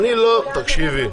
תקשיבי,